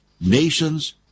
nations